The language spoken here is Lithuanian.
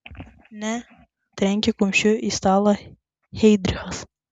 ne trenkė kumščiu į stalą heidrichas